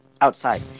outside